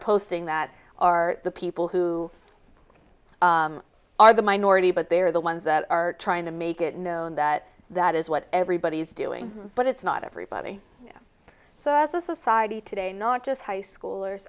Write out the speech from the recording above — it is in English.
posting that are the people who are the minority but they're the ones that are trying to make it known that that is what everybody is doing but it's not everybody so as a society today not just high schoolers